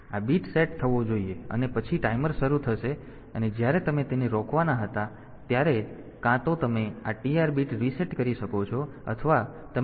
તેથી આ bit set થવો જોઈએ અને પછી ટાઈમર શરૂ થશે અને જ્યારે તમે તેને રોકવાના હતા ત્યારે કાં તો તમે આ TR બીટ રીસેટ કરી શકો છો અથવા તમે આ INT ને અક્ષમ કરી શકો છો